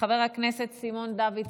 חבר הכנסת סימון דוידסון.